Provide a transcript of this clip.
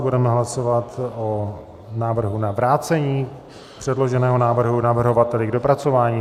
Budeme hlasovat o návrhu na vrácení předloženého návrhu navrhovateli k dopracování.